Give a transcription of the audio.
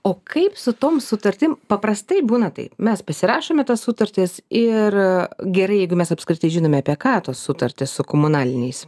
o kaip su tom sutartim paprastai būna taip mes pasirašome tas sutartis ir gerai jeigu mes apskritai žinome apie ką tos sutartys su komunaliniais